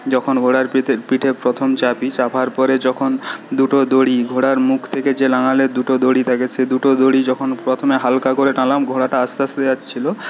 যখন ঘোড়ার পিঠে পিঠে প্রথম চাপি চাপার পরে যখন দুটো দড়ি ঘোড়ার মুখ থেকে যে লাগালে দুটো দড়ি লাগে সেই দুটো দড়ি যখন প্রথমে হালকা করে টানলাম ঘোড়াটা আস্তে আস্তে যাচ্ছিল